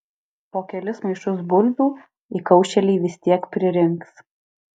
po kelis maišus bulvių įkaušėliai vis tiek pririnks